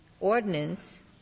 ordinance